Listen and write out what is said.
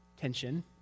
tension